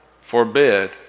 Forbid